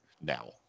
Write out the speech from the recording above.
now